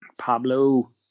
Pablo